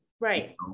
right